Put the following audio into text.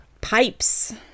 pipes